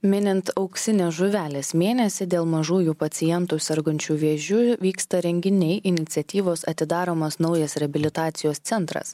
minint auksinės žuvelės mėnesį dėl mažųjų pacientų sergančių vėžiu vyksta renginiai iniciatyvos atidaromas naujas reabilitacijos centras